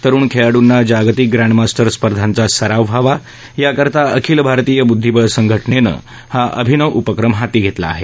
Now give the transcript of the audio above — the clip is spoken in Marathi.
तरुण खेळाडूंना जागतिक प्रँडमास्टर्स स्पर्धांचा सराव व्हावा याकरता अखिल भारतीय बुद्धिबळ संघटनेनं हा अभिनव उपक्रम हाती घेतला आहे